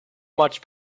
much